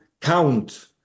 count